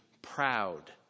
proud